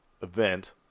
event